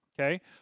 Okay